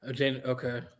Okay